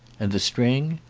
and the string?